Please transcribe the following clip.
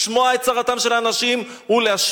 לשמוע את צרתם של האנשים ולהשמיע.